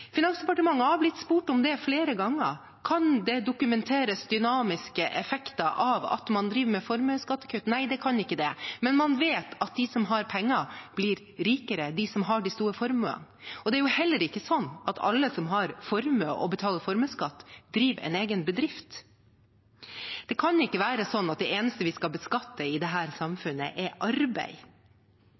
Finansdepartementet har blitt spurt om det flere ganger: Kan det dokumenteres dynamiske effekter av at man driver med formuesskattekutt? Nei, det kan ikke det. Men man vet at de som har penger – de som har de store formuene – blir rikere. Det er heller ikke sånn at alle som har formue og betaler formuesskatt, driver en egen bedrift. Det kan ikke være sånn at det eneste vi skal beskatte i dette samfunnet, er arbeid.